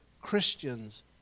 Christians